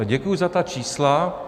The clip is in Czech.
Děkuji za ta čísla.